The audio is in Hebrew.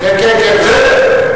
כן, כן, בסדר.